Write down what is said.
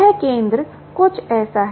यह केंद्र कुछ ऐसा है